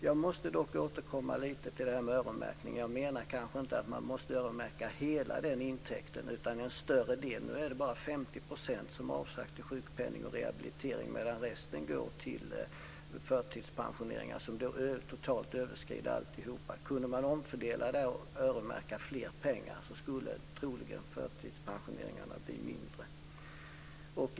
Jag måste också lite grann återkomma till detta med öronmärkning. Jag menar kanske inte att man måste öronmärka hela intäkten, utan det handlar om en större del. Nu är det bara 50 % som avsatts till sjukpenning och rehabilitering, medan resten går till förtidspensioneringar som totalt överskrider alltihop. Kunde man omfördela där och öronmärka mer pengar skulle förtidspensioneringarna troligen minska.